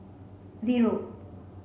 zero